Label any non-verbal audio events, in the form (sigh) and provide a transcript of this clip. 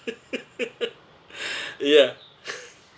(laughs) ya (laughs)